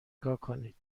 کنید